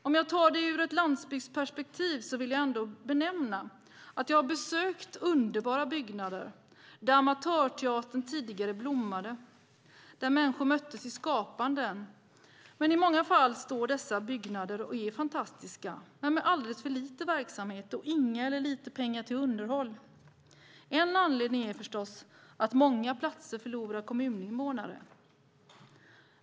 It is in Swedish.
Om jag ser på detta ur ett landsbygdsperspektiv vill jag ändå säga att jag har besökt underbara byggnader där amatörteatern tidigare blommade och där människor möttes i skapandet. I många fall står dessa byggnader där och är fantastiska men med alldeles för lite verksamhet och inga eller lite pengar till underhåll. En anledning är förstås att många platser förlorar kommuninvånare.